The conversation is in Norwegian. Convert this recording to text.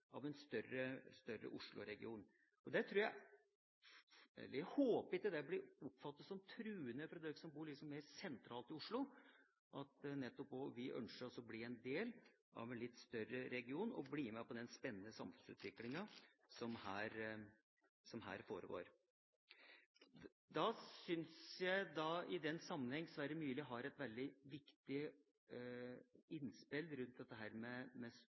av en større Oslo-region. Jeg håper ikke det blir oppfattet som truende for dere som bor sentralt i Oslo, at nettopp vi også ønsker å bli en del av en større region og bli med på den spennende samfunnsutviklinga som her foregår. I den sammenheng syns jeg Sverre Myrli har et veldig viktig innspill rundt dette med